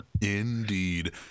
Indeed